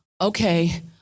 okay